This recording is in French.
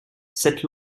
cette